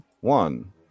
one